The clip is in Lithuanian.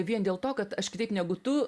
vien dėl to kad aš kitaip negu tu